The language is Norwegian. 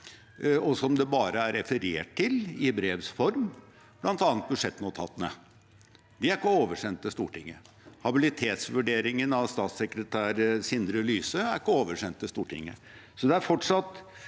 og som det bare er referert til i brevs form, bl.a. budsjettnotatene. De er ikke oversendt til Stortinget. Habilitetsvurderingen av statssekretær Sindre Lysø er ikke oversendt til Stortinget.